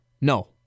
No